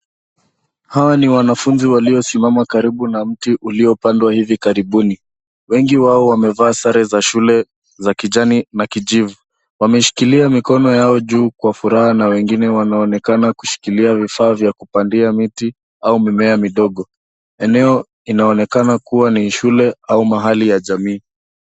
Hawa ni wanafunzi waliosimama karibu na mti uliopandwa hivi karibuni. Wengi wao wamevaa sare za shule za kijani na kijivu. Wameshikilia mikono yao juu kwa furaha na wengine wanaonekana kushikilia vifaa vya kupandia miti au mimea midogo. Eneo inaonekana kuwa ni shule au mahali ya jamii.